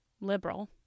liberal